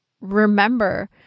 remember